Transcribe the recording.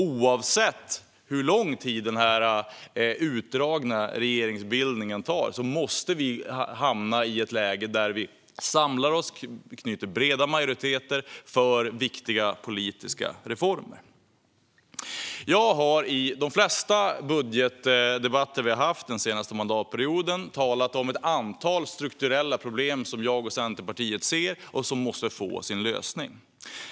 Oavsett hur lång tid den utdragna regeringsbildningen tar måste vi hamna i ett läge där vi samlar oss och bildar breda majoriteter för viktiga politiska reformer. Jag har i de flesta budgetdebatter under den senaste mandatperioden talat om ett antal strukturella problem som jag och Centerpartiet ser och som måste få sin lösning.